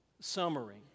summary